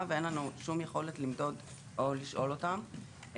ואין לנו שום יכולת למדוד או לשאול אותם,